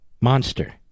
monster